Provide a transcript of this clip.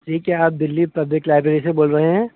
جی کیا آپ Delhi public library سے بول رہے ہیں